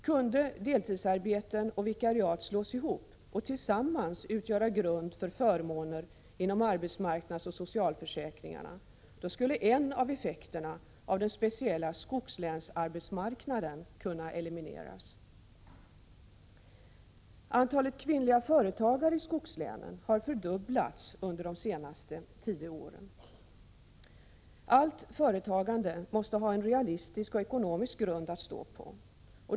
Om deltidsarbeten och vikariat kunde slås ihop och tillsammans utgöra grund för förmåner inom arbetsmarknadsoch socialförsäkringarna skulle en av effekterna av den speciella skogslänsarbetsmarknaden kunna elimineras. Antalet kvinnliga företagare i skogslänen har fördubblats under de senaste tio åren. Allt företagande måste ha en realistisk och ekonomisk grund att stå på.